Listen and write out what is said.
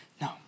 No